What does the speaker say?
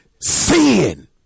Sin